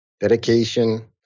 dedication